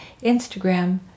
Instagram